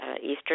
Eastern